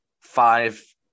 Five